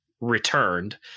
returned